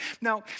Now